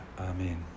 Amen